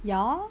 ya